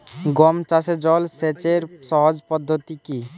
গম চাষে জল সেচের সহজ পদ্ধতি কি?